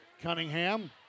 Cunningham